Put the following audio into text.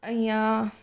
અહીંયા